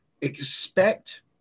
expect